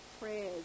prayers